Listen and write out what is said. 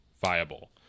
viable